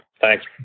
Thanks